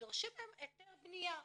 ודורשים מהם היתר בניה.